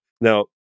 Now